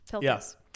Yes